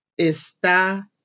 Está